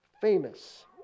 famous